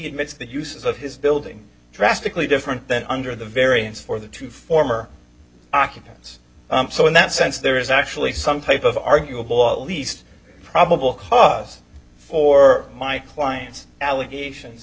admits the use of his building drastically different than under the variance for the two former occupants so in that sense there is actually some type of arguable at least probable cause for my client's allegations